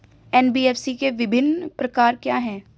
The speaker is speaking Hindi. एन.बी.एफ.सी के विभिन्न प्रकार क्या हैं?